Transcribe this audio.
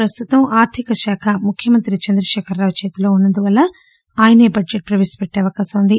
ప్రస్తుతం ఆర్లిక శాఖ ముఖ్యమంత్రి చంద్రశేఖర్ రావు చేతిలో ఉన్నందున ఆయనే బడ్లెట్ ప్రవేశపెట్లే అవకాశం ఉంది